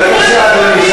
בבקשה, אדוני.